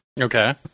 Okay